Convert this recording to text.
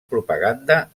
propaganda